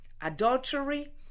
adultery